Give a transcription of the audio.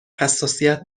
حساسیت